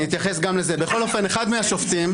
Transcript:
היפוך כל מנהגי הבית הזה.